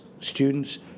students